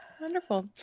Wonderful